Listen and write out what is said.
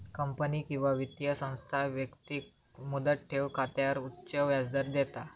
company किंवा वित्तीय संस्था व्यक्तिक मुदत ठेव खात्यावर उच्च व्याजदर देता